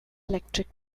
electric